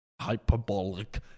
Hyperbolic